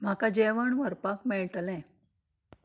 म्हाका जेवण व्हरपाक मेळटलें